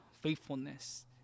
faithfulness